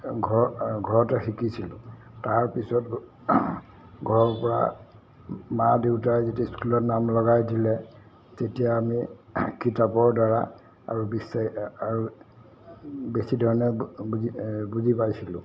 ঘৰ ঘৰতে শিকিছিলোঁ তাৰপিছত ঘৰৰপৰা মা দেউতাই যেতিয়া স্কুলত নাম লগাই দিলে তেতিয়া আমি কিতাপৰদ্বাৰা আৰু বেছি আৰু বেছি ধৰণে বুজি বুজি পাইছিলোঁ